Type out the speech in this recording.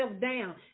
down